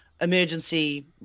emergency